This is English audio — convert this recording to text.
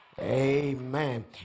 Amen